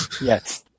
Yes